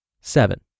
Seven